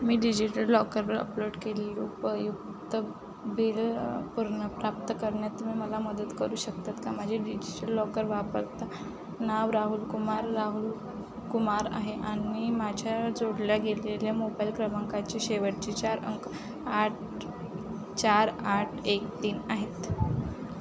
मी digital लॉकरवर upload केलेली उपयुक्त बिल पुनर्प्राप्त करण्यात तुम्ही मला मदत करू शकतात का माझे डिजिटल लॉकर वापरता नाव राहुल कुमार राहुल कुमार आहे आणि माझ्या जोडल्या गेलेल्या मोबाईल क्रमांकाचे शेवटचे चार अंक आठ चार आठ एक तीन आहेत